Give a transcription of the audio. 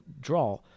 draw